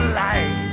life